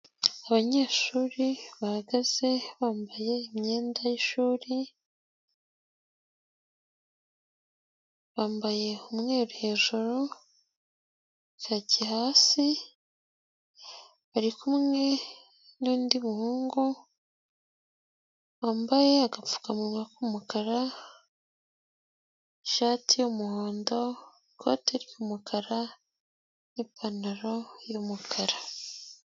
Abanyeshuri bahagaze bambaye imyenda y'ishuri, bambaye umweru hejuru, kaki hasi, bari kumwe n'undi muhungu wambaye agapfukamunwa k'umukara, ishati y'umuhondo, ikote ry'umukara n'ipantaro y'umukara.